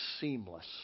seamless